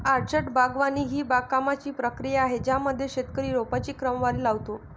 orchard बागवानी ही बागकामाची प्रक्रिया आहे ज्यामध्ये शेतकरी रोपांची क्रमवारी लावतो